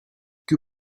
que